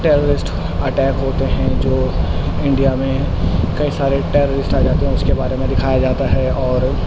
terrorist attack ہوتے ہیں جو انڈیا میں کئی سارے ٹیررسٹ آ جاتے ہیں اس کے بارے میں دکھایا جاتا ہے اور